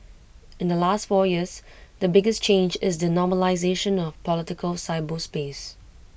in the last four years the biggest change is the normalisation of political cyberspace